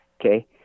Okay